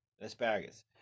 asparagus